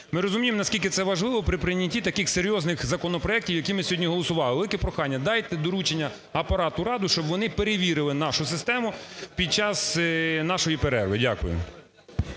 Ми розуміємо, наскільки це важливо при прийнятті таких серйозних законопроектів, які ми сьогодні голосували. Велике прохання: дайте доручення Апарату Ради, щоб вони перевірили нашу систему під час нашої перерви. Дякую.